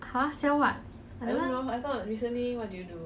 !huh! sell what